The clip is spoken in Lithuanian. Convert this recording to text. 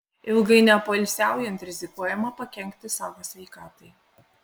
ilgai nepoilsiaujant rizikuojama pakenkti savo sveikatai